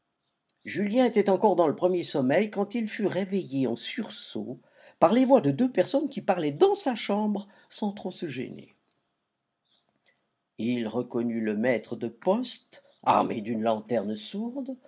julien était encore dans le premier sommeil quand il fut réveillé en sursaut par la voix de deux personnes qui parlaient dans sa chambre sans trop se gêner il reconnut le maître de poste armé d'une lanterne sourde